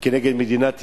כנגד מדינת ישראל.